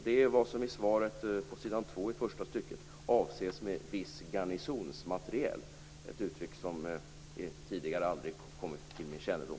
Det gäller vad som i svaret avses med "viss garnisonsmateriel" - ett uttryck som aldrig tidigare kommit till min kännedom.